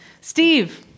Steve